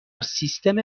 سیستم